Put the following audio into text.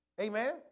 Amen